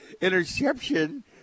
interception